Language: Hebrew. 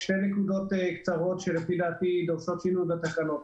שתי נקודות קצרות שלפי דעתי דורשות שינוי בתקנות.